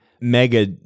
Mega